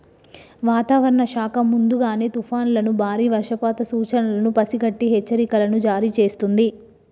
వాతావరణ శాఖ ముందుగానే తుఫానులను బారి వర్షపాత సూచనలను పసిగట్టి హెచ్చరికలను జారీ చేస్తుంది